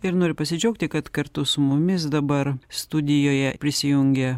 ir noriu pasidžiaugti kad kartu su mumis dabar studijoje prisijungia